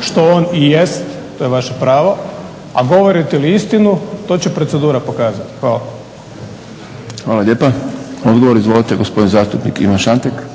što on i jest, to je vaše pravo, a govorite li istinu to će procedura pokazati. Hvala. **Šprem, Boris (SDP)** Hvala lijepa. Odgovor, izvolite, gospodin zastupnik Ivan Šantek. **Šantek, Ivan